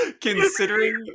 considering